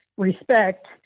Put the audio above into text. respect